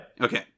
Okay